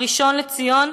הראשון לציון,